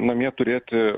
namie turėti